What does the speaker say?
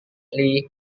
lee